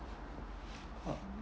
uh